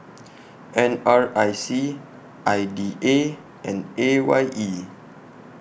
N R I C I D A and A Y E